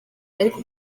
ariko